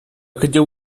хотел